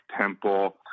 Temple